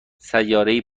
سیارهای